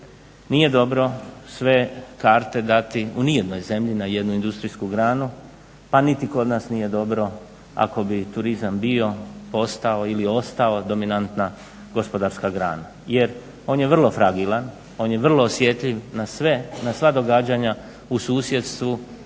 Nije dobro sve karte dati ni u jednoj zemlji na jednu industrijsku granu, pa niti kod nas nije dobro ako bi turizam bio, postao ili ostao dominantna gospodarska grana. Jer on je vrlo fragilan, on je vrlo osjetljiv na sve, na sva događanja u susjedstvu